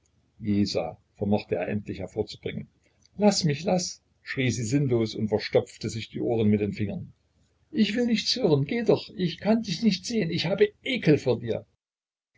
vermochte er endlich hervorzubringen laß mich laß schrie sie sinnlos und verstopfte sich die ohren mit den fingern ich will nichts hören geh doch ich kann dich nicht sehen ich habe ekel vor dir